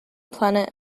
planet